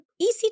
easy